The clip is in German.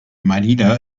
manila